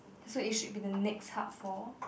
so you should be the next hub for